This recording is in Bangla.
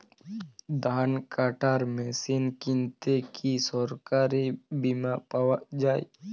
ধান কাটার মেশিন কিনতে কি সরকারী বিমা পাওয়া যায়?